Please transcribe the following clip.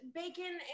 bacon